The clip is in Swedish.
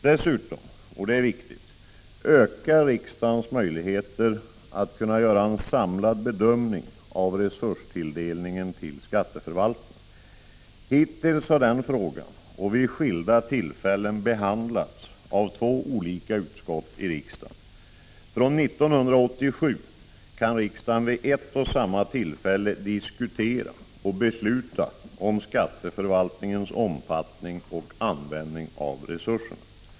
Dessutom — och det är viktigt — ökar riksdagens möjligheter att kunna göra en samlad bedömning av resurstilldelningen till skatteförvaltningen. Hittills har denna fråga behandlats av två olika utskott i riksdagen — och vid skilda tillfällen. fr.o.m. 1987 kan riksdagen vid ett och samma tillfälle diskutera och besluta om skatteförvaltningens omfattning och användning av resurserna.